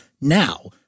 now